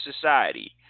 society